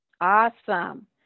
Awesome